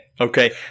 Okay